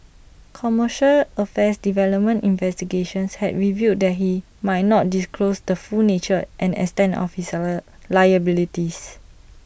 commercial affairs development investigations had revealed that he might not disclosed the full nature and extent of his salad liabilities